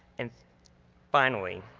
and finally,